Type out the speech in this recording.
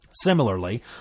Similarly